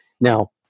Now